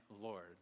Lord